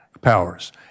powers